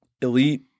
Elite